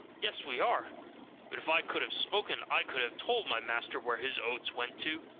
yes, we are but if i could have spoken i could have told my master where his oats went to.